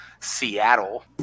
Seattle